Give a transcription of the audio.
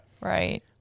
Right